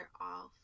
off